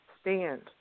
stand